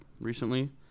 recently